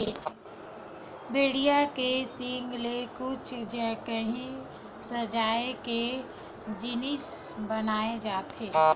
भेड़िया के सींग ले कुछु काही सजाए के जिनिस बनाए जाथे